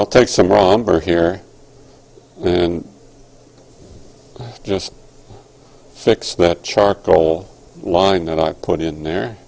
i'll take some romber here and just fix that charcoal line that i put in there